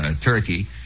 turkey